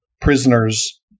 prisoners